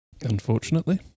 unfortunately